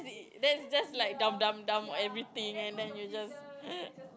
that's just like dump dump dump everything and then you just